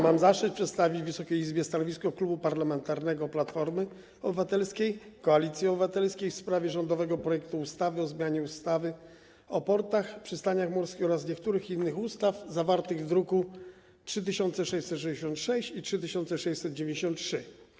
Mam zaszczyt przedstawić Wysokiej Izbie stanowisko Klubu Parlamentarnego Platforma Obywatelska - Koalicja Obywatelska w sprawie rządowego projektu ustawy o zmianie ustawy o portach i przystaniach morskich oraz niektórych innych ustaw, druki nr 3666 i 3693.